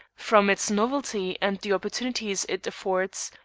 from its novelty and the opportunities it affords,